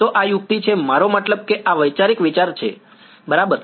તો આ યુક્તિ છે મારો મતલબ કે આ વૈચારિક વિચાર બરાબર છે